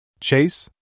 Chase